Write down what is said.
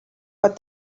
but